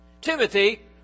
Timothy